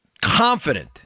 confident